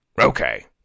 Okay